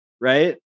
right